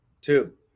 Two